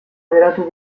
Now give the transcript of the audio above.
geratu